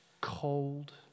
cold